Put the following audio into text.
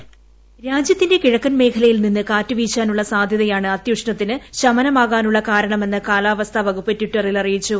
വ്വൊയ്സ് രാജ്യത്തിന്റെ കിഴക്കൻ മേഖലയിൽ നിന്ന് കാറ്റ് വീശാനുള്ള സാധ്യതയാണ് അത്യുഷണത്തിന് ശമനമാകാനുള്ള കാരണമെന്ന് കാലാവസ്ഥാ വകുപ്പ് ടിറ്ററിൽ അ്റിയിച്ചു